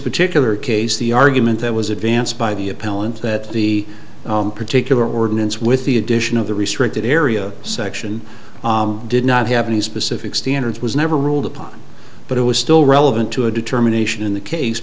particular case the argument that was advanced by the appellant that the particular ordinance with the addition of the restricted area section did not have any specific standards was never ruled upon but it was still relevant to a determination in the case